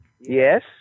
Yes